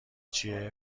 چیه